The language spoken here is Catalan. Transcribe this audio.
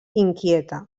inquieta